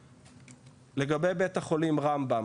לגבי בית החולים רמב"ם,